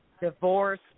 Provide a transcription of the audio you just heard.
divorce